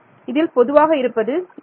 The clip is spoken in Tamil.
இதில் பொதுவாக இருப்பது 2